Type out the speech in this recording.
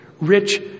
rich